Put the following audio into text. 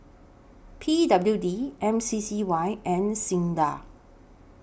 P W D M C C Y and SINDA